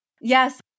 Yes